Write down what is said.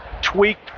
tweaked